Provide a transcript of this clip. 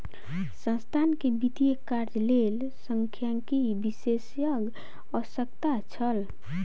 संस्थान के वित्तीय कार्य के लेल सांख्यिकी विशेषज्ञक आवश्यकता छल